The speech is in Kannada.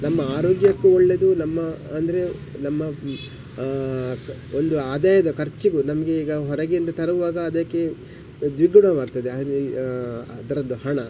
ನಮ್ಮ ಆರೋಗ್ಯಕ್ಕು ಒಳ್ಳೆದು ನಮ್ಮ ಅಂದರೆ ನಮ್ಮ ಒಂದು ಆದಾಯದ ಖರ್ಚಿಗು ನಮಗೆ ಈಗ ಹೊರಗೆಯಿಂದ ತರುವಾಗ ಅದಕ್ಕೆ ದ್ವಿಗುಣವಾಗ್ತದೆ ಅದರದ್ದು ಹಣ